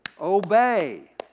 Obey